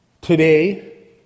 Today